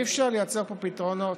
אי-אפשר לייצר פה פתרונות,